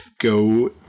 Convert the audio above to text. go